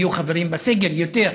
יהיו חברים בסגל יותר.